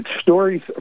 stories